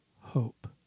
Hope